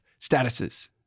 statuses